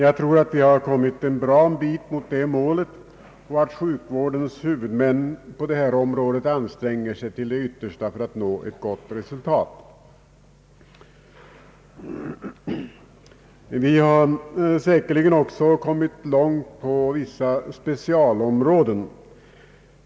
Jag tror att vi har kommit en bra bit på väg mot det målet och att sjukvårdens huvudmän anstränger sig till det yttersta för att nå ett gott resultat. Vi har säkerligen också kommit långt på vissa specialområden.